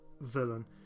villain